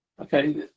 okay